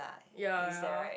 ya ya